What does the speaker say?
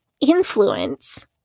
influence